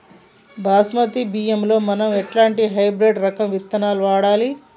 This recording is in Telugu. బాస్మతి బియ్యంలో మనం ఎలాంటి హైబ్రిడ్ రకం ని వాడాలి?